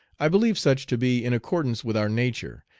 i believe such to be in accordance with our nature,